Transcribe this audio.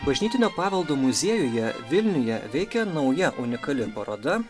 bažnytinio paveldo muziejuje vilniuje veikia nauja unikali paroda